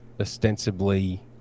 ostensibly